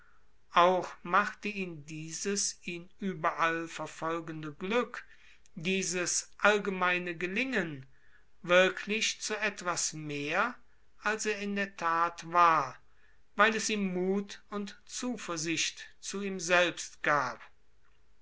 auch machte ihn dieses ihn überall verfolgende glück dieses allgemeine gelingen wirklich zu etwas mehr als er in der tat war weil es ihm mut und zuversicht zu ihm selbst gab